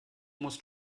musst